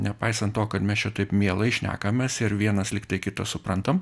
nepaisant to kad mes čia taip mielai šnekamės ir vienas lyg tai kitą suprantam